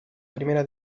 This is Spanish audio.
primera